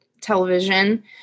television